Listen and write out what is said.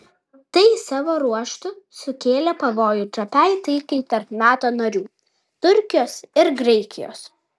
tai savo ruožtu sukėlė pavojų trapiai taikai tarp nato narių turkijos ir graikijos